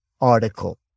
article